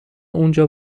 اونجا